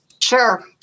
Sure